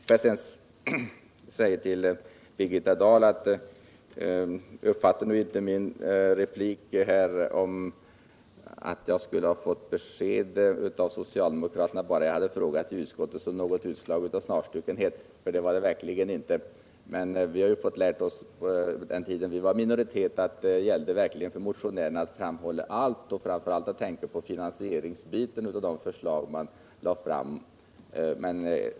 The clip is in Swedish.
Får jag sedan säga till Birgitta Dahl, att fatta nu inte min replik om att jag skulle ha fått besked av socialdemokraterna bara jag frågat i utskottet som något utslag av snarstuckenhet, för det var det verkligen inte. Men vi fick ju lära oss, på den tiden då vi var i minoritet, att det gällde verkligen för en motionär att framhålla allt och i all synnerhet tänka på finansieringsbiten i de förslag man lade fram.